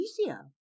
easier